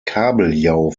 kabeljau